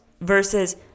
versus